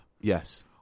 Yes